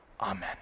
Amen